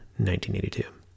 1982